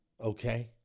Okay